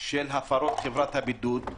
הפרות חובת הבידוד: